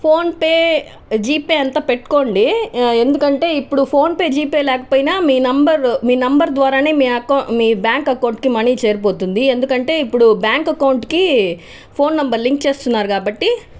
PhonePe GPay అంతా పెట్టుకోండి ఎందుకంటే ఇప్పుడు ఫోన్పే జీపే లేకపోయినా మీ నంబర్ మీ నంబర్ ద్వారానే మీ అకౌ మీ బ్యాంక్ అకౌంట్కి మనీ చేరిపోతుంది ఎందుకు అంటే ఇప్పుడు బ్యాంక్ అకౌంట్కి ఫోన్ నంబర్ లింక్ చేస్తున్నారు కాబట్టి